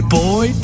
boy